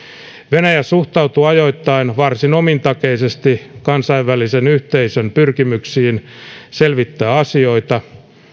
venäjä suhtautuu ajoittain varsin omintakeisesti kansainvälisen yhteisön pyrkimyksiin selvittää asioita